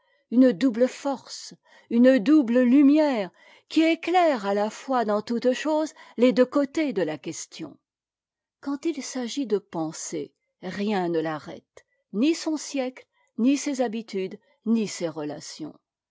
une double force une double lumière qui éclaire à la fois dans toute chose les deux côtés de la question quand il s'agit de penser rien ne l'arrête ni son siècle ni ses habitudes ni ses relations